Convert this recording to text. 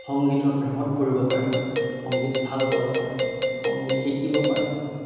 সংগীতৰ প্ৰেমত পৰিব পাৰে মানুহ সংগীত ভাল পাব পাৰে সংগীত শিকিব পাৰে